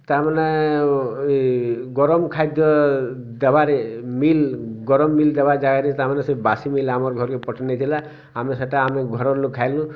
ତା'ର୍ ମାନେ ଇ ଗରମ୍ ଖାଦ୍ୟ ଦେବାର୍ ମିଲ୍ ଗରମ୍ ମିଲ୍ ଦେବାର୍ ଯାଗାରେ ତା'ର୍ ମାନେ ସେ ବାସି ମିଲ୍ ଆମର୍ ଘରେ ପଠେଇ ନେଇଥିଲା ଆମେ ସେଟା ଆମେ ଘରର୍ ଲୋକ୍ ଖାଏଲୁ